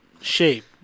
shape